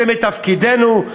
זה מתפקידנו,